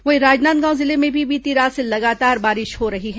वहीं राजनांदगांव जिले में भी बीती रात से लगातार बारिश हो रही है